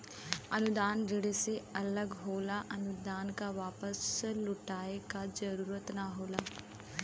अनुदान ऋण से अलग होला अनुदान क वापस लउटाये क जरुरत ना होला